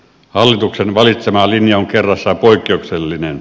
hallituksen valitsema linja on kerrassaan poikkeuksellinen